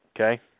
okay